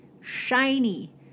shiny